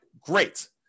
great